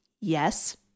yes